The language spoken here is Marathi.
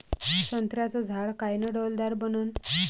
संत्र्याचं झाड कायनं डौलदार बनन?